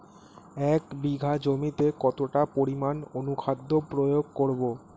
এক বিঘা জমিতে কতটা পরিমাণ অনুখাদ্য প্রয়োগ করব?